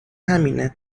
همینه